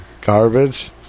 Garbage